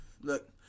look